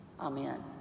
Amen